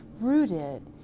rooted